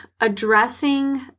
addressing